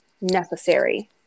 necessary